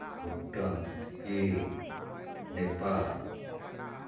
ᱵᱷᱩᱴᱟᱱ ᱪᱤᱱ ᱱᱮᱯᱟᱞ